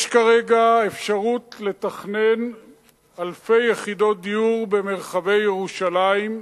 יש כרגע אפשרות לתכנן אלפי יחידות דיור במרחבי ירושלים,